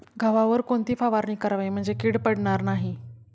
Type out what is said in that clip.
गव्हावर कोणती फवारणी करावी म्हणजे कीड पडणार नाही?